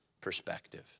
perspective